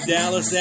Dallas